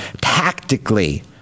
tactically